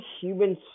human